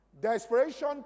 Desperation